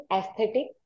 aesthetic